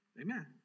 Amen